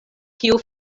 kiu